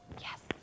Yes